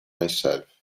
myself